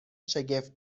شگفت